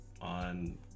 on